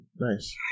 nice